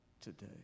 today